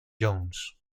jones